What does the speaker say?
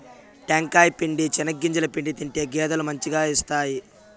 టెంకాయ పిండి, చెనిగింజల పిండి తింటే గేదెలు మంచిగా ఇస్తాయి